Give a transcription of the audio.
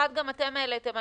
אחת גם אתם העליתם.